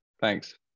Thanks